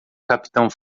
capitão